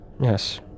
Yes